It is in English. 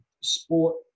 sport